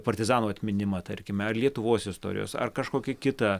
partizanų atminimą tarkime ar lietuvos istorijos ar kažkokį kitą